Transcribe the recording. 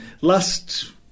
Last